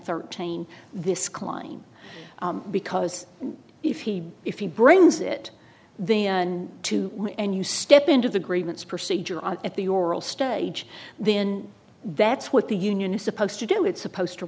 thirteen this klein because if he if he brings it to you and you step into the grievance procedure on at the oral stage then that's what the union is supposed to do it's supposed to